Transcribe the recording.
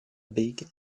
big